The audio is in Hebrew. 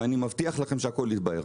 ואני מבטיח לכם שהכול יתבהר.